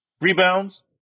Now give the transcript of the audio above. Rebounds